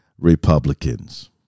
Republicans